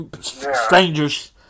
Strangers